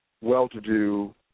well-to-do